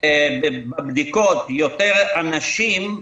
בבדיקות יותר אנשים,